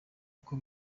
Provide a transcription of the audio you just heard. uko